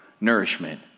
nourishment